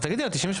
אז תגידי על ה-98.